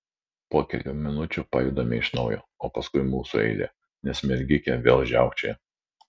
po kelių minučių pajudame iš naujo o paskui mūsų eilė nes mergikė vėl žiaukčioja